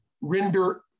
render